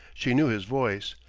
she knew his voice!